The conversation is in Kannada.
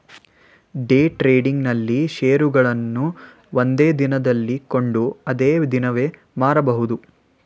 ಡೇ ಟ್ರೇಡಿಂಗ್ ನಲ್ಲಿ ಶೇರುಗಳನ್ನು ಒಂದೇ ದಿನದಲ್ಲಿ ಕೊಂಡು ಅದೇ ದಿನವೇ ಮಾರಬಹುದು